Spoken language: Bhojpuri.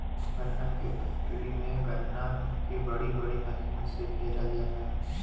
गन्ना क फैक्ट्री में गन्ना के बड़ी बड़ी मसीन से पेरल जाला